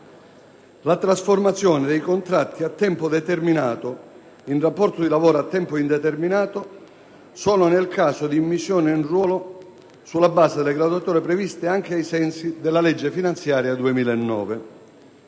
la trasformazione dei contratti a tempo determinato in rapporto di lavoro a tempo indeterminato solo nel caso di immissione in ruolo sulla base delle graduatorie previste anche ai sensi della legge finanziaria 2009.